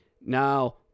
Now